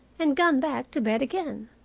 and gone back to bed again.